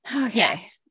okay